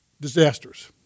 disasters